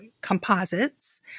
composites